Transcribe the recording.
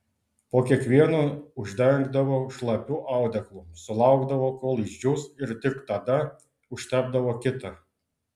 po kiekvieno uždengdavo šlapiu audeklu sulaukdavo kol išdžius ir tik tada užtepdavo kitą